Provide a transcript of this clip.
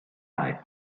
life